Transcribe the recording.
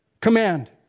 command